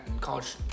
college